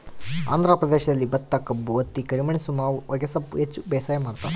ಆಂಧ್ರ ಪ್ರದೇಶದಲ್ಲಿ ಭತ್ತಕಬ್ಬು ಹತ್ತಿ ಕರಿಮೆಣಸು ಮಾವು ಹೊಗೆಸೊಪ್ಪು ಹೆಚ್ಚು ಬೇಸಾಯ ಮಾಡ್ತಾರ